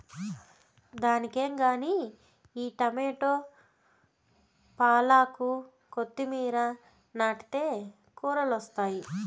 దానికేం గానీ ఈ టమోట, పాలాకు, కొత్తిమీర నాటితే కూరలొస్తాయి